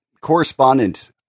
correspondent